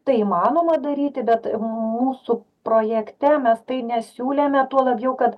tai įmanoma daryti bet mūsų projekte mes tai nesiūlėme tuo labiau kad